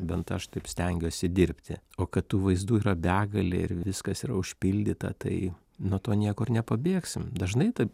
bent aš taip stengiuosi dirbti o kad tų vaizdų yra begalė ir viskas yra užpildyta tai nuo to niekur nepabėgsim dažnai taip